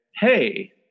hey